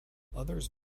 others